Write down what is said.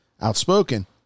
outspoken